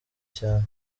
cyane